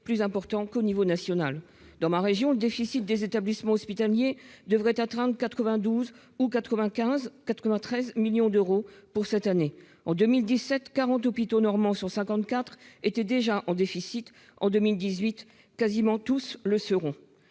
plus important qu'au niveau national. Dans ma région, le déficit des établissements hospitaliers devrait être cette année de 92 ou 93 millions d'euros. En 2017, 40 hôpitaux normands sur 54 étaient déjà en déficit ; en 2018, quasiment tous le seront.